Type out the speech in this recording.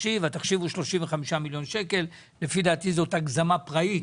של 35 מיליון שקל שזאת לדעתי הגזמה פראית,